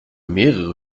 mehrere